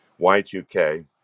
Y2K